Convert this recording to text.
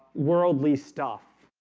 worldly stuff